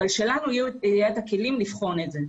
אבל שלנו יהיו הכלים לבחון את זה.